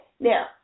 Now